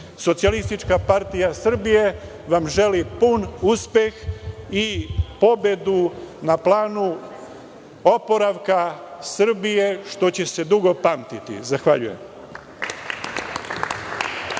Socijalistička partija Srbije vam želi pun uspeh i pobedu na planu oporavka Srbije, što će se dugo pamtiti. Zahvaljujem.